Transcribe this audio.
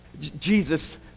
Jesus